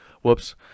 Whoops